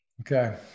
okay